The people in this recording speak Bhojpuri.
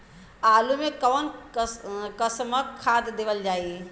आलू मे कऊन कसमक खाद देवल जाई?